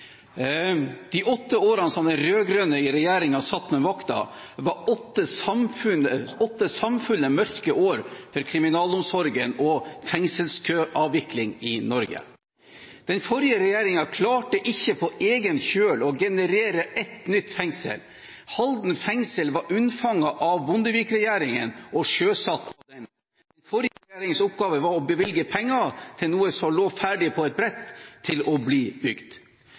De åtte årene som den rød-grønne regjeringen satt med makten, var åtte samfulle mørke år for kriminalomsorgen og fengselskøavvikling i Norge. Den forrige regjeringen klarte ikke på egen kjøl å generere ett nytt fengsel. Halden fengsel var unnfanget av Bondevik-regjeringen og sjøsatt av den. Den forrige regjeringens oppgave var å bevilge penger til noe som lå ferdig på et brett til å bli bygd.